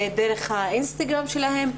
דרך האינסטרגם שלהם.